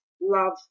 love